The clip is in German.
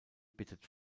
bittet